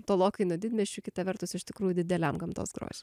tolokai nuo didmiesčių kita vertus iš tikrųjų dideliam gamtos grožį